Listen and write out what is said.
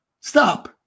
Stop